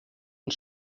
und